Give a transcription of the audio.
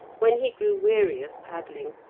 when he grew weary of paddling,